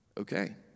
Okay